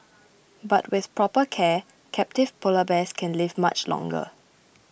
but with proper care captive Polar Bears can live much longer